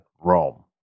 Rome